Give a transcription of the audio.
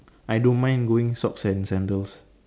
i don't mind going socks and sandals